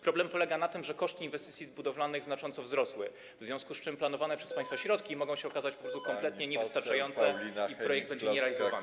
Problem polega na tym, że koszty inwestycji budowlanych znacząco wzrosły, w związku z czym planowane przez państwa środki mogą się okazać kompletnie niewystarczające i projekt nie będzie realizowany.